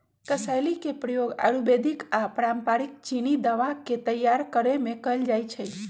कसेली के प्रयोग आयुर्वेदिक आऽ पारंपरिक चीनी दवा के तइयार करेमे कएल जाइ छइ